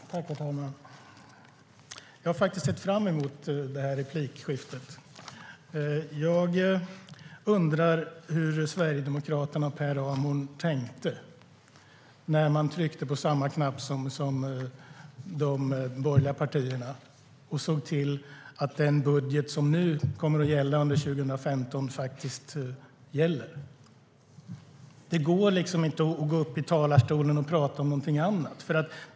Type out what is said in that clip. STYLEREF Kantrubrik \* MERGEFORMAT Hälsovård, sjukvård och social omsorgHerr talman! Jag har faktiskt sett fram emot detta replikskifte. Jag undrar hur Sverigedemokraterna och Per Ramhorn tänkte när de tryckte på samma knapp som de borgerliga partierna och såg till att det är de borgerliga partiernas budget som kommer att gälla under 2015. Det går inte att gå upp i talarstolen och tala om någonting annat.